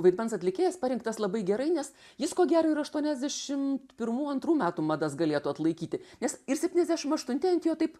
vaidmens atlikėjas parinktas labai gerai nes jis ko gero ir aštuoniasdešimt pirmų antrų metų madas galėtų atlaikyti nes ir septyniasdešim aštunti ant jo taip